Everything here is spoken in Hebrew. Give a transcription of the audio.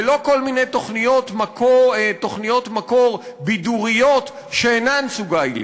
ולא כל מיני תוכניות מקור בידוריות שאינן סוגה עילית.